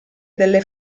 delle